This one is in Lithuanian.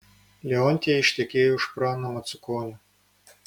leontija ištekėjo už prano macukonio